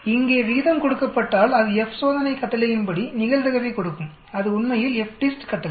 இங்கே விகிதம் கொடுக்கப்பட்டால்இது எஃப் சோதனை கட்டளையின்படி நிகழ்தகவைக் கொடுக்கும்அது உண்மையில் FDIST கட்டளை